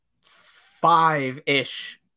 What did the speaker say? five-ish